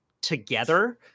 together